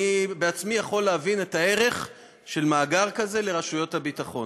אני בעצמי יכול להבין את הערך של מאגר כזה לרשויות הביטחון.